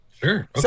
Sure